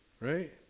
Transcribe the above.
right